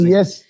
Yes